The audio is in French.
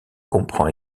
comprend